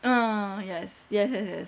ah ah yes yes yes